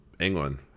England